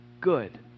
good